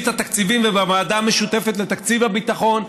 את התקציבים בוועדה המשותפת לתקציב הביטחון,